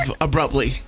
abruptly